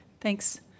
Thanks